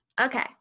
Okay